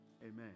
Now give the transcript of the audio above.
Amen